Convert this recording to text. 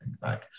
back